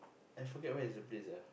I forget where is the place